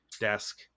desk